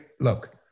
look